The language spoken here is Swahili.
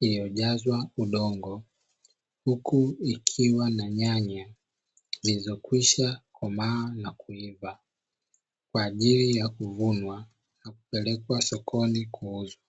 iliyojazwa udongo, huku ikiwa na nyanya zilizokwisha komaa na kuiva kwa ajili ya kuvunwa, na kupelekwa sokoni kuuzwa.